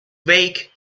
wake